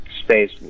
space